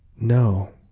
no,